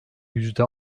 yüzde